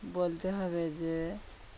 বলতে হবে যে